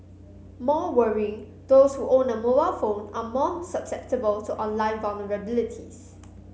more worrying those who own a mobile phone are more susceptible to online vulnerabilities